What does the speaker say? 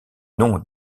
nom